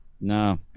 No